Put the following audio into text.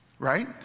right